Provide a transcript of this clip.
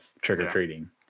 trick-or-treating